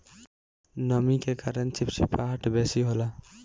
नमी के कारण चिपचिपाहट बेसी होला